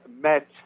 met